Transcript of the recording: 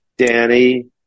Danny